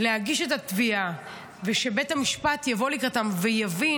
להגיש את התביעה ובית המשפט יבוא לקראתם ויבין